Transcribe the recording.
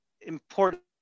important